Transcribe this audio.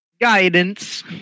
Guidance